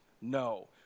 No